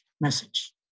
message